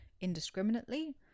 indiscriminately